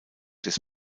des